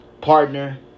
partner